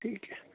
ٹھیک ہے